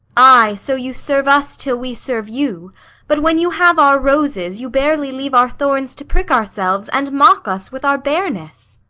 ay, so you serve us till we serve you but when you have our roses you barely leave our thorns to prick ourselves, and mock us with our bareness.